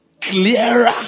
clearer